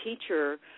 teacher